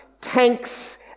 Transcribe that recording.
tanks